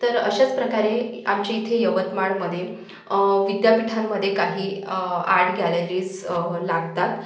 तर अशाच प्रकारे आमच्या इथे यवतमाळमध्ये विद्यापीठांमध्ये काही आर्ट गॅलरीज् लागतात